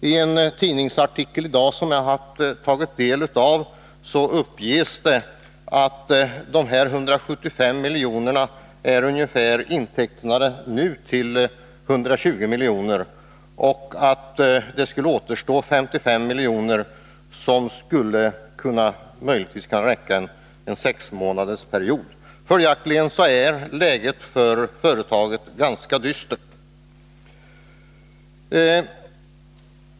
I en tidningsartikel i dag som jag har tagit del av uppges det att av de 175 miljonerna är nu ungefär 120 milj.kr. intecknade, varför 55 milj.kr. återstår, som möjligtvis skulle kunna räcka under en sexmånadersperiod. Följaktligen är läget för företaget ganska dystert.